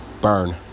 Burn